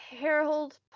Harold